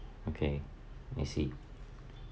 okay let me see